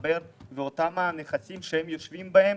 ומצטבר ואותם נכסים בהם הם יושבים,